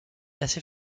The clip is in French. assez